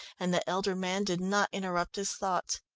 and the elder man did not interrupt his thoughts.